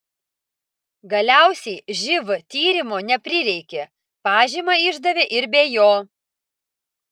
galiausiai živ tyrimo neprireikė pažymą išdavė ir be jo